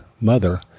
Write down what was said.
mother